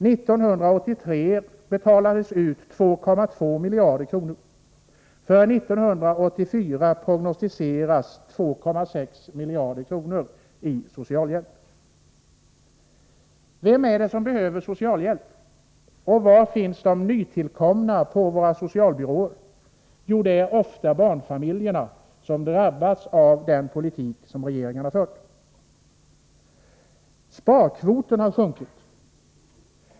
1983 betalades ut 2,2 miljarder. För 1984 prognostiseras 2,6 miljarder i socialhjälp. Vem är det som behöver socialhjälp och var finns de nytillkomna på våra socialbyråer? Jo, det är ofta barnfamiljerna, som drabbats av den politik som regeringen har fört. Sparkvoten har sjunkit.